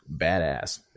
badass